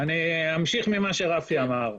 אמשיך ממה שרפי חפץ אמר.